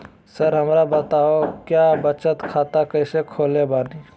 Sir हमरा बताओ क्या बचत खाता कैसे खोले बानी?